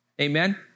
Amen